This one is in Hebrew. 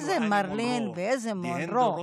איזה מרילין ואיזה מונרו,